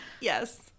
Yes